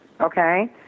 okay